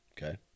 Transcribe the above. okay